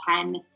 ten